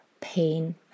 pain